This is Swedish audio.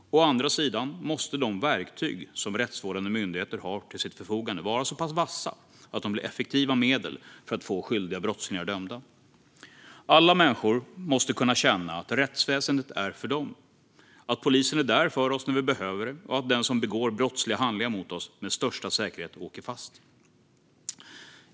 Å andra sidan måste de verktyg som rättsvårdande myndigheter har till sitt förfogande vara så vassa att de blir effektiva medel för att få skyldiga brottslingar dömda. Alla människor måste kunna känna att rättsväsendet är för dem, att polisen är där för oss när vi behöver den och att den som begår brottsliga handlingar mot oss med största säkerhet åker fast.